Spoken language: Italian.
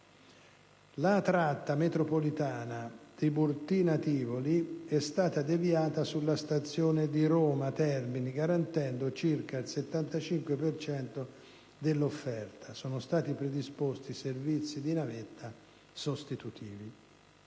La tratta metropolitana Tiburtina-Tivoli è stata deviata sulla stazione di Roma Termini, garantendo circa il 75 per cento dell'offerta, e sono stati predisposti servizi di navetta sostitutivi.